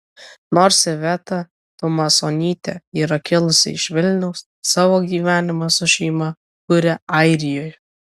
nors iveta tumasonytė yra kilusi iš vilniaus savo gyvenimą su šeima kuria airijoje